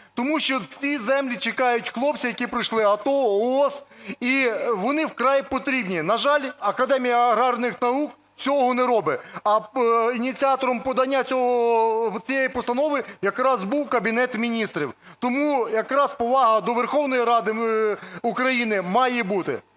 Тому що ці землі чекають хлопці, які пройшли АТО, ООС, і вони вкрай потрібні. На жаль, Академія аграрних наук цього не робить, а ініціатором подання цієї постанови якраз був Кабінет Міністрів. Тому якраз повага до Верховної Ради України має бути,